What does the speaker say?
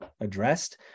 addressed